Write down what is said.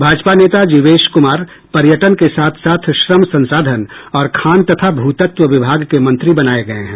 भाजपा नेता जिवेश कुमार पर्यटन के साथ साथ श्रम संसाधन और खान तथा भूतत्व विभाग के मंत्री बनाये गये हैं